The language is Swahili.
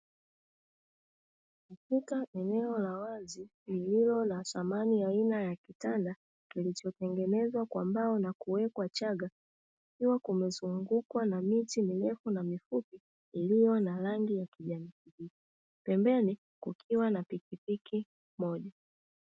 Katika eneo la wazi lililo na samani aina ya kitanda kilichotengenezwa kwa mbao na kuwekwa chaga kukiwa kumezungukwa na miti mirefu na mifupi iliyo na rangi ya kijani kibichi. Pembeni kukiwa na pikipiki moja.